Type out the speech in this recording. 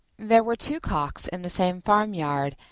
there were two cocks in the same farmyard,